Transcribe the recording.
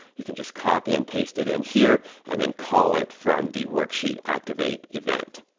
you can just copy and paste it in here and then call it from the worksheet activate event.